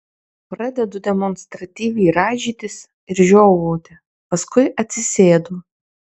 pradedu demonstratyviai rąžytis ir žiovauti paskui atsisėdu